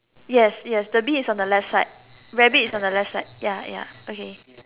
yes yes the bee is on the left side rabbit is on the left side ya ya okay